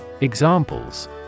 Examples